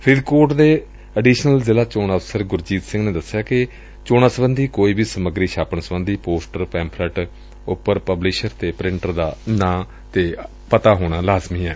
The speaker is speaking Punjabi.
ਫਰੀਦਕੋਟ ਦੇ ਅਡੀਸ਼ਨਲ ਜ਼ਿਲ੍ਹਾ ਚੋਣ ਅਫ਼ਸਰ ਸੁਰਜੀਤ ਸਿੰਘ ਨੇ ਦਸਿਆ ਕਿ ਚੋਣਾਂ ਸਬੰਧੀ ਕੋਈ ਵੀ ਸਮੱਗਰੀ ਛਾਪਣ ਸਬੰਧੀ ਪੋਸਟਰ ਪੈਫਲੈਟਾਂ ਉਪਰ ਪਬਲਿਸ਼ਰ ਤੇ ਪ੍੍ਿੰਟਰ ਦਾ ਨਾਮ ਅਤੇ ਪਤਾ ਹੋਣਾ ਲਾਜ਼ਮੀ ਐ